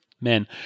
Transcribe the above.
men